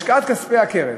השקעת כספי הקרן,